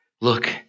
Look